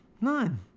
none